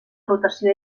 rotació